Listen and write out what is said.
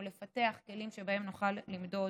או לפתח כלים שבהם נוכל למדוד